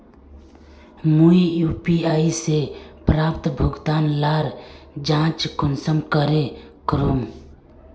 मुई यु.पी.आई से प्राप्त भुगतान लार जाँच कुंसम करे करूम?